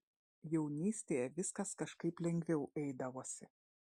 jaunystėje viskas kažkaip lengviau eidavosi